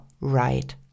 right